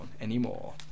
anymore